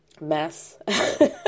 Mess